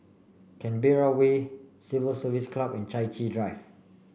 Canberra Way Civil Service Club and Chai Chee Drive